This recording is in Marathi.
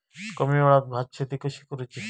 कमी वेळात भात शेती कशी करुची?